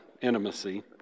intimacy